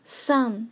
sun